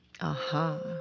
aha